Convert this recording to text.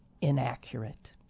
inaccurate